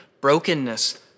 brokenness